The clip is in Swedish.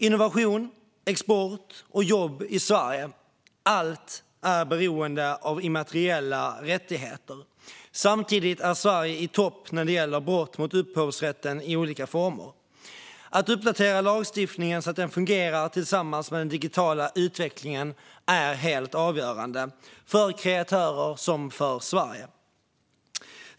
Innovation, export och jobb i Sverige - allt är beroende av immateriella rättigheter. Samtidigt är Sverige i topp när det gäller brott mot upphovsrätten i olika former. Att uppdatera lagstiftningen så att den fungerar tillsammans med den digitala utvecklingen är helt avgörande för kreatörer och för Sverige.